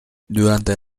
durante